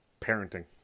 parenting